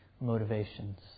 motivations